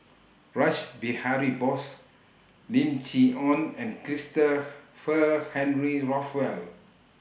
Rash Behari Bose Lim Chee Onn and Christopher Henry Rothwell